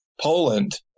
Poland